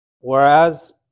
whereas